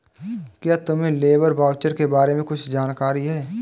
क्या तुम्हें labour voucher के बारे में कुछ जानकारी है?